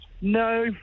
No